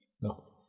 No